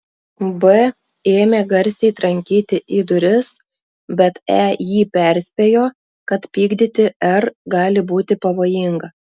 b ėmė garsiai trankyti į duris bet e jį perspėjo kad pykdyti r gali būti pavojinga